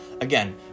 again